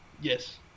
Yes